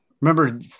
remember